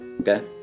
Okay